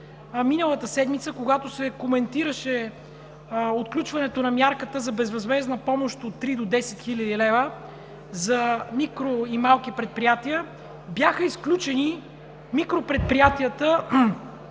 миналата седмица, когато се коментираше отключването на мярката за безвъзмездна помощ от 3000 до 10 000 лв. за микро- и малки предприятия, бяха изключени микропредприятията,